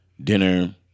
dinner